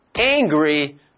angry